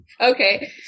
Okay